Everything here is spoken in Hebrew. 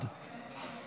חרבות ברזל),